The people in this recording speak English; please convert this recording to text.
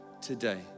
today